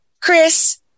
Chris